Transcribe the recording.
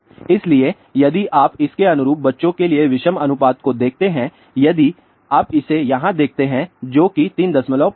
इसलिए यदि आप इसके अनुरूप बच्चों के लिए विषम अनुपात को देखते हैं यदि आप इसे यहां देखते हैं जो कि 35 है